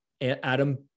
Adam